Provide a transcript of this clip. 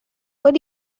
what